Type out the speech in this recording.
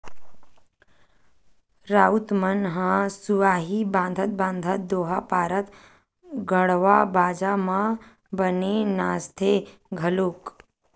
राउत मन ह सुहाई बंधात बंधात दोहा पारत गड़वा बाजा म बने नाचथे घलोक